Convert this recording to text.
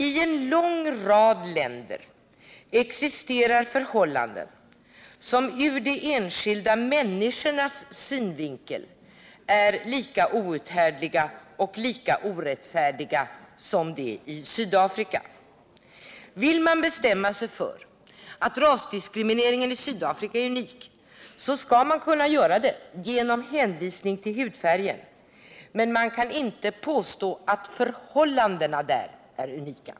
I en lång rad länder existerar förhållanden som ur de enskilda människornas synvinkel är lika outhärdliga och lika orättfärdiga som de i Sydafrika. Vill man bestämma sig för att rasdiskrimineringen i Sydafrika är unik, skulle man kunna göra det genom hänvisning till hudfärgen, men man kan inte påstå att förhållandena där är unika.